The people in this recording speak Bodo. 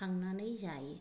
खांनानै जायो